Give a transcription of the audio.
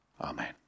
Amen